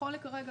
נכון לכרגע,